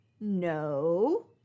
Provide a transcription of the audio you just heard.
No